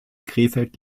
krefeld